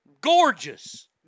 Gorgeous